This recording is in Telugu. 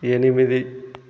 ఎనిమిది